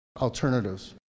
alternatives